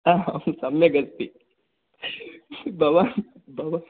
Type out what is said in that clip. अहं सम्यगस्मि भवान् भवान्